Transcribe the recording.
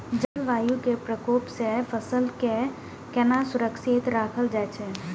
जलवायु के प्रकोप से फसल के केना सुरक्षित राखल जाय छै?